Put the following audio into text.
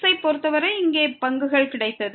x ஐ பொறுத்தவரை இங்கே பங்குகள் கிடைத்தது